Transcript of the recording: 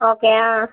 okay ஆ